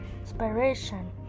Inspiration